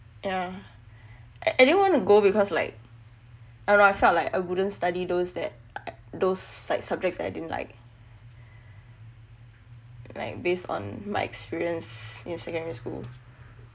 yah I I didn't want to go because like I don't know I felt like I wouldn't study those that those like subjects I didn't like like based on my experience in secondary school